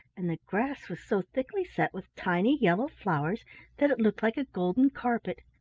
and the grass was so thickly set with tiny yellow flowers that it looked like a golden carpet.